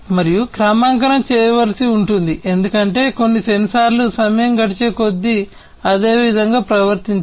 మరియు క్రమాంకనం చేయవలసి ఉంటుంది ఎందుకంటే కొన్ని సెన్సార్లు సమయం గడిచేకొద్దీ అదే విధంగా ప్రవర్తించవు